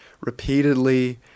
repeatedly